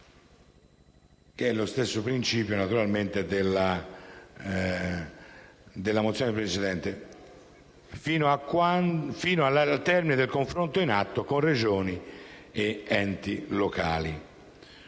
è lo stesso principio della mozione precedente - «fino al termine del confronto in atto con Regioni ed enti locali».